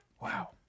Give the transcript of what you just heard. Wow